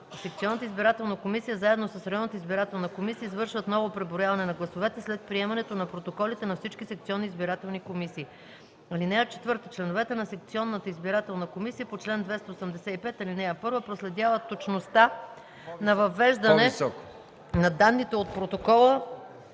секционната избирателна комисия заедно с районната избирателна комисия извършват ново преброяване на гласовете след приемането на протоколите на всички секционни избирателни комисии. (4) Членовете на секционната избирателна комисия по чл. 285, ал. 1 проследяват точността на въвеждане на данните от протокола